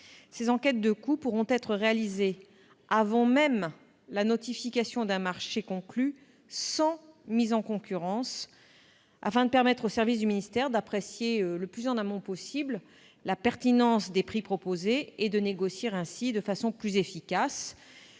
ces enquêtes de coûts pourront être réalisées avant même la notification d'un marché conclu sans mise en concurrence, afin de permettre aux services du ministère d'apprécier le plus en amont possible la pertinence des prix proposés et de négocier ainsi de façon plus efficace.